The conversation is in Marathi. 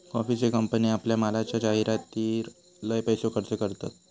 कॉफीचे कंपने आपल्या मालाच्या जाहीरातीर लय पैसो खर्च करतत